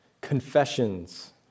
confessions